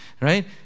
Right